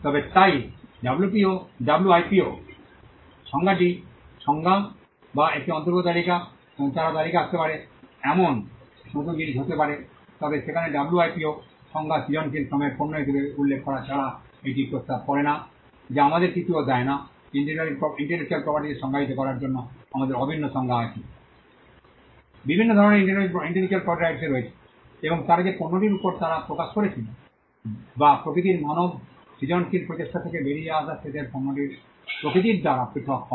তবে তাই ডাব্লুআইপিও সংজ্ঞাটি সংজ্ঞা যা একটি অন্তর্ভুক্ত তালিকা এবং তারা তালিকায় আসতে পারে এমন নতুন জিনিস হতে পারে তবে সেখানে ডাব্লুআইপিও সংজ্ঞা সৃজনশীল শ্রমের পণ্য হিসাবে উল্লেখ করা ছাড়া এটি প্রস্তাব করে না যা আমাদের আরও কিছু দেয় না ইন্টেলেকচুয়াল প্রপার্টি রাইটস সংজ্ঞায়িত করার জন্য আমাদের অভিন্ন সংজ্ঞা আছে বিভিন্ন ধরণের ইন্টেলেকচুয়াল প্রপার্টি রাইটস রয়েছে এবং তারা যে পণ্যটির উপর তারা প্রকাশ করেছিল বা প্রকৃতির মানব সৃজনশীল প্রচেষ্টা থেকে বেরিয়ে আসা শেষের পণ্যটির প্রকৃতি দ্বারা পৃথক হয়